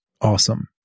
Awesome